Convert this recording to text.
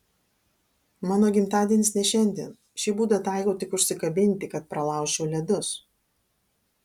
mano gimtadienis ne šiandien šį būdą taikau tik užsikabinti kad pralaužčiau ledus